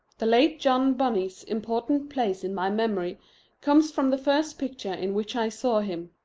the late john bunny's important place in my memory comes from the first picture in which i saw him.